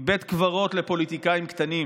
אי-ודאות מתמשכת,